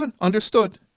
Understood